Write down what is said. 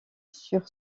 sur